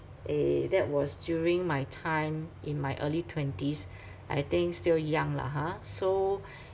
eh that was during my time in my early twenties I think still young lah ha so